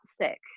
sick